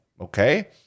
Okay